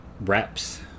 reps